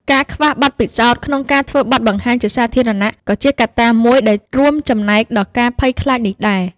ការខ្វះបទពិសោធន៍ក្នុងការធ្វើបទបង្ហាញជាសាធារណៈក៏ជាកត្តាមួយដែលរួមចំណែកដល់ការភ័យខ្លាចនេះដែរ។